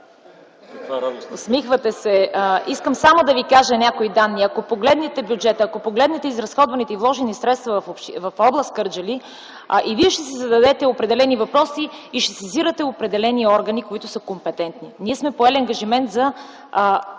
Усмихвате се. Искам само да Ви кажа някои данни. Ако погледнете бюджета, ако погледнете изразходваните и вложени средства в област Кърджали и Вие ще си зададете определени въпроси и ще сезирате определени органи, които са компетентни. Ние сме поели ангажимент за